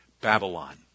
Babylon